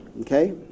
okay